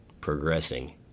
progressing